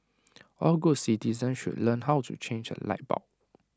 all good citizens should learn how to change A light bulb